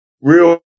real